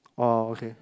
oh okay